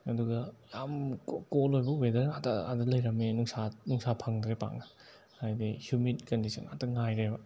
ꯑꯗꯨꯒ ꯌꯥꯝ ꯀꯣꯜ ꯑꯣꯏꯕ ꯋꯦꯗꯔ ꯉꯥꯛꯇ ꯑꯗꯨꯗ ꯂꯩꯔꯝꯃꯦ ꯅꯨꯡꯁꯥ ꯅꯨꯡꯁꯥ ꯐꯪꯗ꯭ꯔꯦ ꯄꯥꯛꯅ ꯍꯥꯏꯗꯤ ꯍꯤꯎꯃꯤꯗ ꯀꯟꯗꯤꯁꯟ ꯉꯥꯛꯇ ꯉꯥꯏꯔꯦꯕ